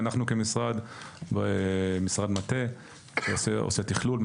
ואנחנו משרד מטה שעושה תכלול,